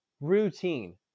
Routine